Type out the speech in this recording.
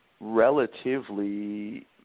relatively